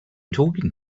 talking